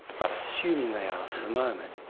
but assuming they are for moment,